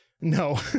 no